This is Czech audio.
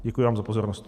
Děkuji vám za pozornost.